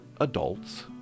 adults